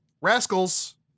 rascals